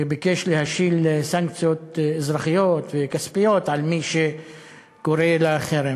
שביקש להחיל סנקציות אזרחיות וכספיות על מי שקורא לחרם.